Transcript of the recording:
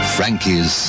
Frankie's